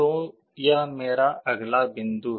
तो यह मेरा अगला बिंदु है